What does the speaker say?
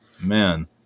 man